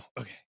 Okay